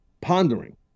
pondering